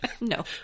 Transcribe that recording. No